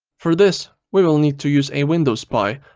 for this, we will need to use a window spy.